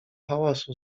hałasu